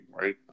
right